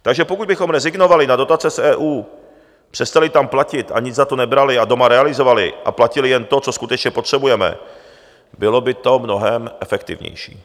Takže pokud bychom rezignovali na dotace z EU, přestali tam platit a nic za to nebrali a doma realizovali a platili jen to, co skutečně potřebujeme, bylo by to mnohem efektivnější.